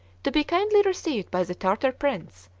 to be kindly received by the tartar prince,